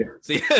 see